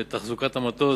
ותחזוקת המטוס,